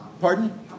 Pardon